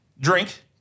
drink